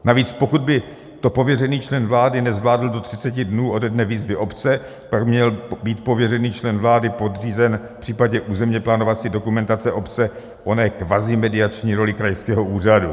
Navíc pokud by to pověřený člen vlády nezvládl do 30 dnů ode dne výzvy obce, pak by měl být pověřený člen vlády podřízen v případě územněplánovací dokumentace obce oné kvazi mediační roli krajského úřadu.